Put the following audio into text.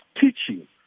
teaching